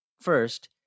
First